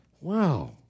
Wow